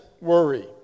worry